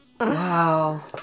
Wow